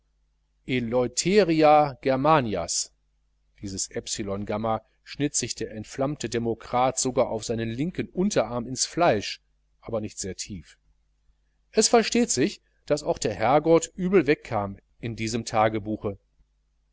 eleutheria germanias dieses epsilon gamma schnitt sich der entflammte demokrat sogar auf seinen linken unterarm ins fleisch aber nicht sehr tief es versteht sich daß auch der herrgott übel wegkam in diesem tagebuche